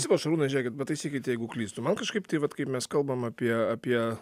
sakau šarūnas žiūrėkit pataisykit jeigu klystu man kažkaip tai vat kai mes kalbam apie apie